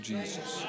Jesus